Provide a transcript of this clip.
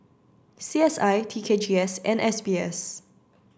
C S I T K G S and S B S